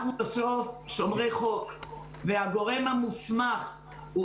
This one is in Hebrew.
אנחנו בסוף שומרי חוק והגורם המוסמך הוא